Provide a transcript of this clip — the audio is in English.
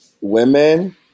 Women